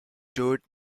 toured